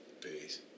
peace